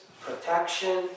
protection